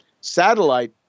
satellite